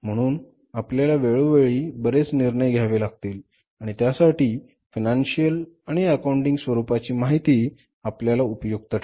म्हणून आपल्याला वेळोवेळी बरेच निर्णय घ्यावे लागतील आणि त्यासाठी फायनान्शियल आणि अकाउंटिंग स्वरूपाची माहिती आपल्याला उपयुक्त ठरते